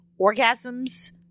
orgasms